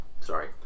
Sorry